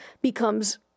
becomes